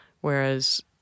whereas